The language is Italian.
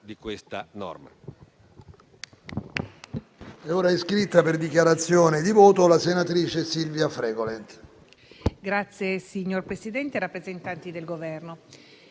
di questa norma.